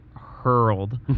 hurled